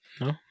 No